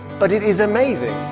but it is amazing